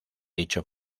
dicho